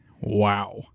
Wow